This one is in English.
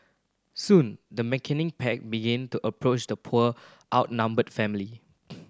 soon the pack began to approach the poor outnumbered family